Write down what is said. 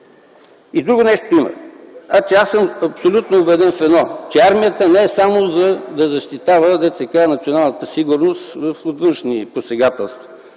и друго нещо. Аз съм абсолютно убеден в едно – че армията не е само, за да защитава, както се казва, националната сигурност от външни посегателства.